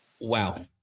Wow